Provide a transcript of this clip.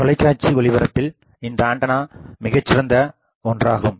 தொலைக்காட்சி ஒளிபரப்பில் இந்த ஆண்டனா மிகச்சிறந்த ஒன்றாகும்